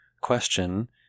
question